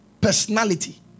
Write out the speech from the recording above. personality